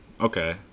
okay